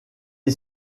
est